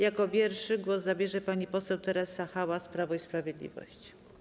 Jako pierwsza głos zabierze pani poseł Teresa Hałas, Prawo i Sprawiedliwość.